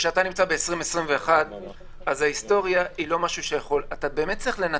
כשאתה נמצא ב-2021 אז ההיסטוריה היא לא משהו שיכול לעזור.